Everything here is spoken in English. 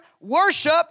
worship